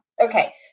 Okay